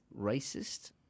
racist